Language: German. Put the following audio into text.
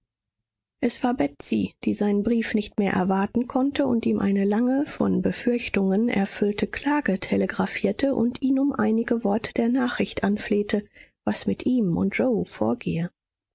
es war betsy die seinen brief nicht mehr erwarten konnte und ihm eine lange von befürchtungen erfüllte klage telegraphierte und ihn um einige worte der nachricht anflehte was mit ihm und yoe vorgehe